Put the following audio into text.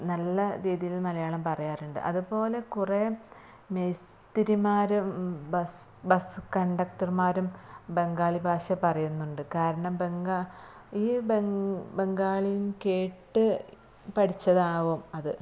നല്ല രീതിയിൽ മലയാളം പറയാറുണ്ട് അതുപോലെ കുറെ മേസ്തിരിമാരും ബസ് ബസ് കണ്ടക്ടറുമാരും ബങ്കാളിഭാഷ പറയുന്നുണ്ട് കാരണം ബെങ്കാ ഈ ബങ്കാളിയെന്നു കേട്ട് പഠിച്ചതാകും അത്